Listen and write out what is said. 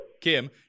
Kim